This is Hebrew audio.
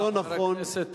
חבר הכנסת,